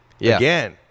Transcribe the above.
Again